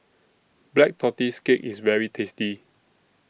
Black Tortoise Cake IS very tasty